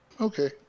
Okay